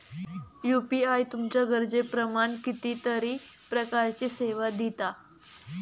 UPI तुमच्या गरजेप्रमाण कितीतरी प्रकारचीं सेवा दिता